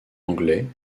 anglais